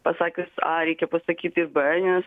pasakius a reikia pasakyt ir b nes